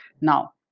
now